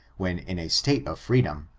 when in a state of freedom.